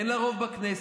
אין לה רוב בכנסת,